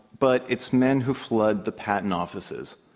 but it's men who flood the patent offices